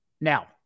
Now